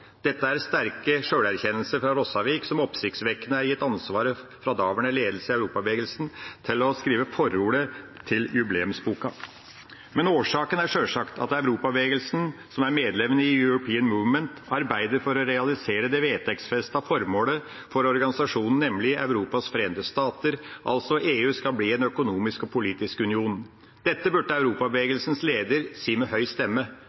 Dette er sterke sjølerkjennelser fra Rossavik, som oppsiktsvekkende er gitt ansvaret av daværende ledelse i Europabevegelsen til å skrive forordet til jubileumsboka. Men årsaken er sjølsagt at Europabevegelsen, som er medlem i European Movement, arbeider for å realisere det vedtektsfestede formålet for organisasjonen, nemlig Europas Forente Stater – EU skal altså bli en økonomisk og politisk union. Dette burde Europabevegelsens leder si med høy stemme,